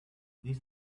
this